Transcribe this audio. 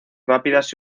rápidas